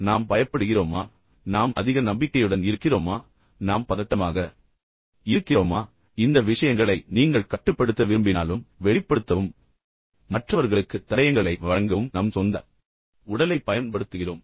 நாம் பயப்படுகிறோமா நாம் அதிக நம்பிக்கையுடன் இருக்கிறோமா நாம் பதட்டமாக இருக்கிறோமா எனவே இந்த விஷயங்களை நீங்கள் கட்டுப்படுத்த விரும்பினாலும் வெளிப்படுத்தவும் மற்றவர்களுக்கு தடயங்களை வழங்கவும் நம் சொந்த உடலைப் பயன்படுத்துகிறோம்